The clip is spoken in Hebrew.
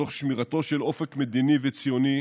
ותוך שמירתו של אופק מדיני וציוני